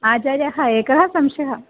आचार्यः एकः संशयः